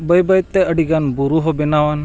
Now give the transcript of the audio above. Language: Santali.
ᱵᱟᱹᱭ ᱵᱟᱹᱭᱛᱮ ᱟᱹᱰᱤ ᱜᱟᱱ ᱵᱩᱨᱩ ᱦᱚᱸ ᱵᱮᱱᱟᱣᱟ ᱮᱱ